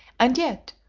and yet,